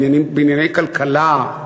בענייני כלכלה,